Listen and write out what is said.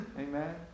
Amen